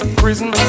prison